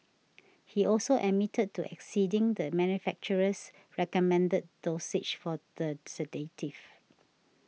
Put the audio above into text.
he also admitted to exceeding the manufacturer's recommended dosage for the sedative